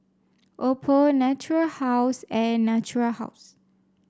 Oppo Natura House and Natura House